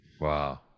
Wow